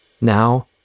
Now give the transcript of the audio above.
Now